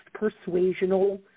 persuasional